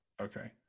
Okay